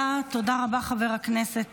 תודה, תודה רבה, חבר הכנסת.